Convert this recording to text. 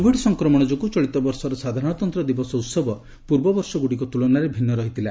Covid ସଂକ୍ରମଣ ଯୋଗୁଁ ଚଳିତ ବର୍ଷର ସାଧାରଣତନ୍ତ୍ର ଦିବସ ଉହବ ପୂର୍ବବର୍ଷ ଗୁଡ଼ିକ ତୁଳନାରେ ଭିନ୍ନ ରହିଥିଲା